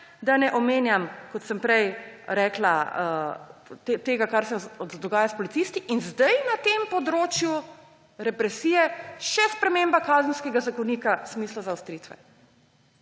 da ne omenjam, kot sem prej rekla, tega, kar se dogaja s policisti, in zdaj na tem področju represije še sprememba Kazenskega zakonika v smislu zaostritve.